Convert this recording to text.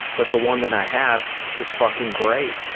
but the one that i have is fucking great,